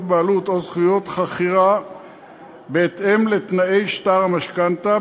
בעלות או זכויות חכירה בהתאם לתנאי שטר המשכנתה,